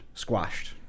squashed